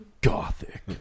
Gothic